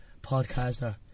podcaster